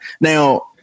now